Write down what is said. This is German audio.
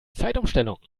zeitumstellung